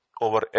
over